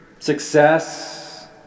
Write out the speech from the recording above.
success